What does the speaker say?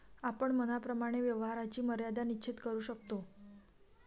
आपण मनाप्रमाणे व्यवहाराची मर्यादा निश्चित करू शकतो